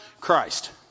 Christ